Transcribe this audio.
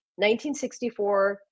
1964